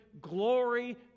glory